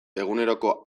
eguneroko